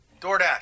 DoorDash